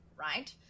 right